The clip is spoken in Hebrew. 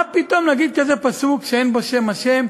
מה פתאום לומר פסוק כזה, שאין בו שם השם?